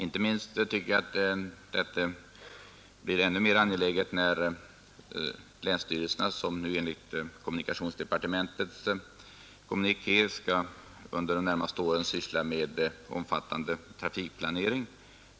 Jag tycker 15 inte minst att detta blir särskilt angeläget när länsstyrelserna, enligt kommunikationsdepartementets kommuniké, under de närmaste åren skall syssla med omfattande trafikplanering.